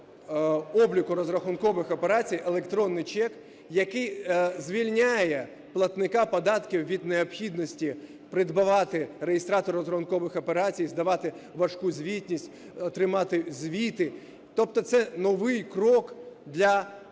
обліку розрахункових операцій – електронний чек, який звільняє платника податків від необхідності придбавати реєстратор розрахункових операцій, здавати важку звітність, тримати звіти, тобто це новий крок для